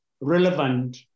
relevant